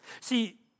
See